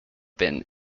been